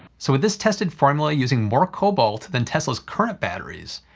so with this tested formula using more cobalt than tesla's current batteries,